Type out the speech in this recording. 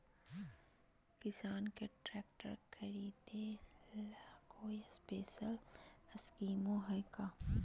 किसान के ट्रैक्टर खरीदे ला कोई स्पेशल स्कीमो हइ का?